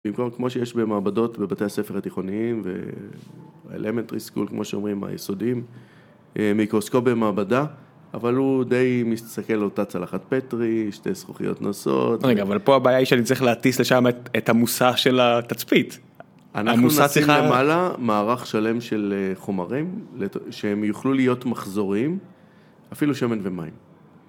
במקום, כמו שיש במעבדות, בבתי הספר התיכוניים ו-elementary school, כמו שאומרים, היסודיים, מיקרוסקופ במעבדה, אבל הוא די מסתכל על אותה צלחת פטרי, שתי זכוכיות נוסעות. רגע, אבל פה הבעיה היא שאני צריך להטיס לשם את המושא של התצפית. אנחנו נשים למעלה מערך שלם של חומרים, שהם יוכלו להיות מחזורים, אפילו שמן ומים.